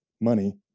money